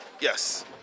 Yes